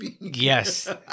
Yes